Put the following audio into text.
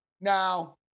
Now